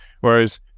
whereas